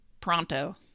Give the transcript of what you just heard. pronto